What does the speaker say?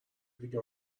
دیگه